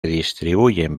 distribuyen